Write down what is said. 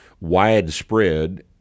widespread